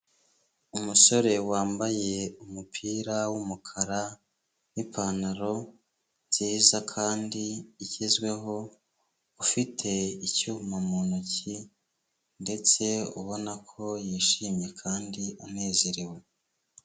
Umusore wambaye umupira w'umukara n'ipantaro nziza kandi igezweho, ufite icyuma mu ntoki ndetse ubona ko yishimye kandi anezerewe.